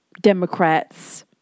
Democrats